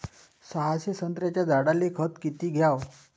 सहाशे संत्र्याच्या झाडायले खत किती घ्याव?